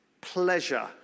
pleasure